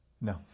No